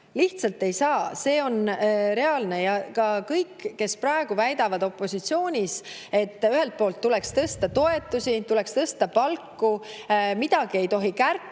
Lihtsalt ei saa. See on reaalne. Kõik, kes praegu väidavad opositsioonis, et ühelt poolt tuleks tõsta toetusi, tuleks tõsta palku, aga midagi ei tohi kärpida